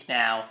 now